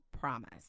promise